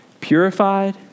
purified